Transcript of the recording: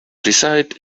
reside